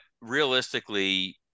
realistically